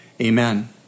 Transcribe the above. amen